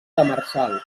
demersal